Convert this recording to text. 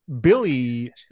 Billy